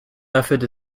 method